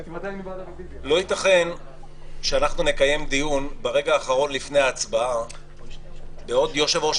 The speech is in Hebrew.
לא יתכן שאנחנו נקיים דיון ברגע האחרון לפני ההצבעה בעוד יושב ראש